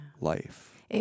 life